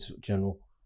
general